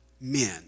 men